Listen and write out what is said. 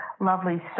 lovely